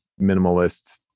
minimalist